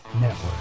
Network